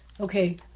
okay